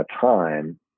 time